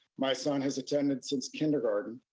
my son has attended since kindergarten,